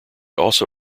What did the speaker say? also